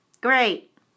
Great